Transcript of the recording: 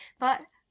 but